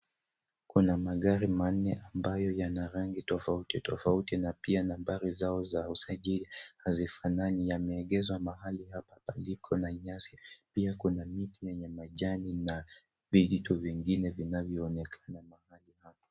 Kuna magari manne ambayo yana rangi tofauti tofauti na pia nambari zao za usajili hazifanani. Yameegezwa mahali hapa paliko na nyasi. Pia kuna miti yenye majani na vitu vingine vinavyoonekana mahali hapa.